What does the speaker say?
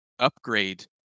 Upgrade